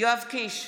יואב קיש,